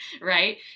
Right